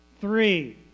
three